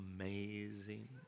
amazing